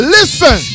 Listen